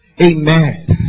Amen